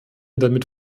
damit